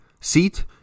seat